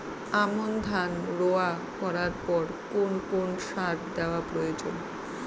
আমন ধান রোয়া করার পর কোন কোন সার দেওয়া প্রয়োজন?